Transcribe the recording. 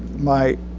my